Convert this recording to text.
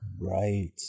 Right